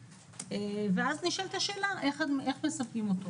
אז נשאלת השאלה איך --- אותו.